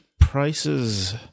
prices